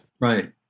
Right